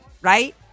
right